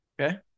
Okay